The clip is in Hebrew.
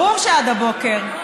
ברור שעד הבוקר.